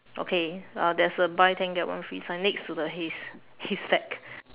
okay uh there's a buy ten get one free sign next to the hays haystack